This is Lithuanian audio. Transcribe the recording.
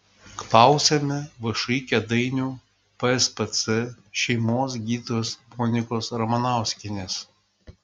klausiame všį kėdainių pspc šeimos gydytojos monikos ramanauskienės